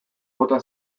bota